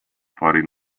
party